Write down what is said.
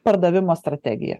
pardavimo strategija